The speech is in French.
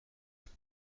œufs